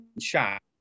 shot